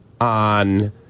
on